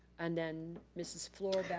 and then, mrs. fluor,